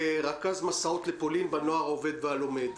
רכז מסעות לפולין בנוער העובד והלומד.